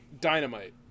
dynamite